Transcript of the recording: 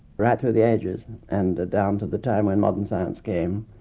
right through the ages and down to the time when modern science came,